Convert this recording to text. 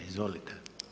Izvolite.